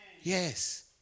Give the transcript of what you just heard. Yes